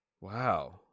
Wow